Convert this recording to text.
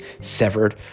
severed